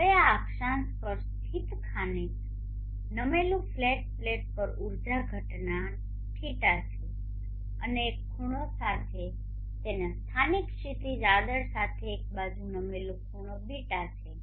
હવે આ અક્ષાંશ પર સ્થિતખાતે નમેલું ફ્લેટ પ્લેટ પર ઊર્જા ઘટના ϕ છે અને એક ખૂણો સાથે તેના સ્થાનિક ક્ષિતિજ આદર સાથે એક બાજુ નમેલું ખૂણો ß છે